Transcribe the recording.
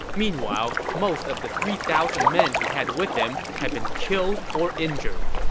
meanwhile, most of the three thousand men he had with him had been killed or injured.